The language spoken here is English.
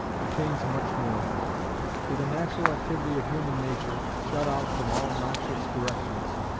obtains much more for the natural activity of human nature, shut out from all noxious directions,